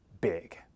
big